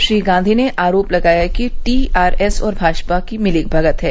श्री गांधी ने आरोप लगाया कि टीआरएस और भाजपा मिलीभगत है